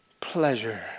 pleasure